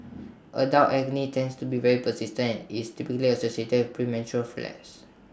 adult acne tends to be very persistent IT is typically associated premenstrual flares